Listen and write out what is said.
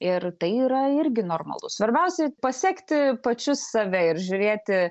ir tai yra irgi normalu svarbiausia pasekti pačius save ir žiūrėti